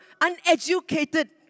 uneducated